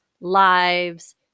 lives